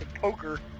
poker